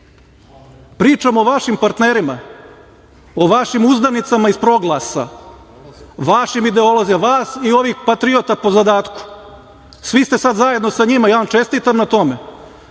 vreme. Pričam o vašim partnerima, o vašim uzdanicama iz „Proglasa“, vašim ideolozima, vas i ovih patriota po zadatku. Svi ste sada zajedno sa njima, ja vam čestitam na tome.